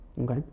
Okay